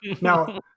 Now